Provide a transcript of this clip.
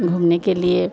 घूमने के लिए